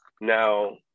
Now